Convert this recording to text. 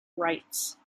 rights